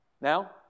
Now